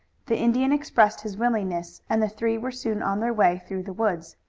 the indian expressed his willingness, and the three were soon on their way through the woods.